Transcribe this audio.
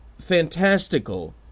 fantastical